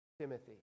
Timothy